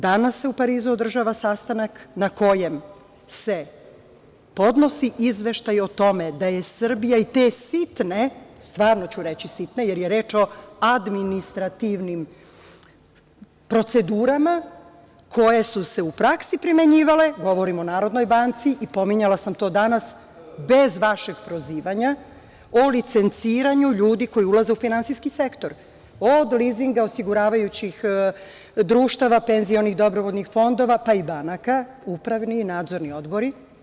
Danas se u Parizu održava sastanak na kojem se podnosi izveštaj o tome da je Srbija i te sitne, stvarno ću reći sitne, jer je reč o administrativnim procedurama koje su se u praksi primenjivale, govorim o Narodnoj banci i pominjala sam to danas, bez vašeg prozivanja, o licenciranju ljudi koji ulaze u finansijski sektor, od lizinga osiguravajućih društava, penzionih, dobrovoljnih fondova, pa i banaka, upravni i nadzorni odbori.